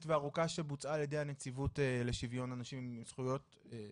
והארוכה שבוצעה על ידי הנציבות לשוויון האנשים עם זכויות.